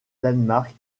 danemark